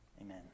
Amen